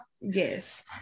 Yes